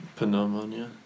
Pneumonia